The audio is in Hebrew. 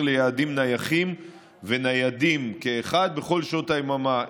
ליעדים נייחים וניידים כאחד בכל שעות היממה.